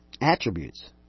attributes